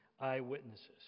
eyewitnesses